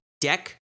Deck